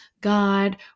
God